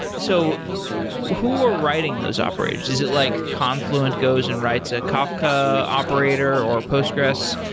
so who are writing those operators? is it like, confluent goes and writes a kafka operator, or postgresql,